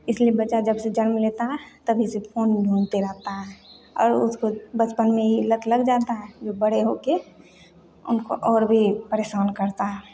इसलिए बच्चा जबसे जन्म लेता है तभी से फ़ोन ढूँढते रहता है और उसको बचपन में ई लत लग जाता है जो बड़े होके उनको और भी परेशान करता है